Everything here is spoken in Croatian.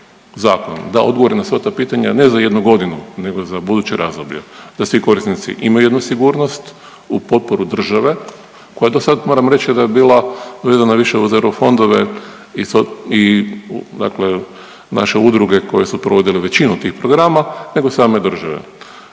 da odgovori na sva ta pitanja, ne za jednu godinu nego za buduće razdoblje, da svi korisnici imaju jednu sigurnost u potporu države koja dosad moramo reći da je bila vezana više uz euro fondove i dakle naše udruge koje su provodile većinu tih programa nego same države,